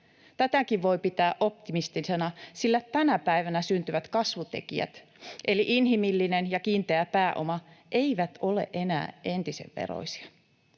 Tätäkin voi pitää optimistisena, sillä tänä päivänä syntyvät kasvutekijät eli inhimillinen ja kiinteä pääoma eivät ole enää entisen veroisia.